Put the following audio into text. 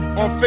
on